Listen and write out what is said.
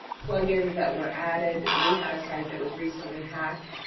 plugins that were added. we had a site that was recently hacked,